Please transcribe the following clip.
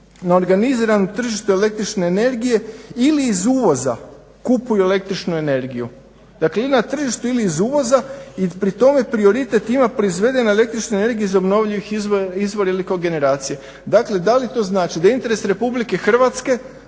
na organiziranom tržištu električne energije ili iz uvoza kupuju električnu energiju. Dakle, i na tržištu ili iz uvoza i pri tome prioritet ima proizvedena električna energija iz obnovljivih izvora ili kogeneracija. Dakle, da li to znači da interes RH da